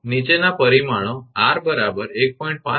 નીચેના પરિમાણો 𝑟 1